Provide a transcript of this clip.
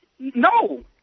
No